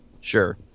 Sure